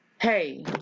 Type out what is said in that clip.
hey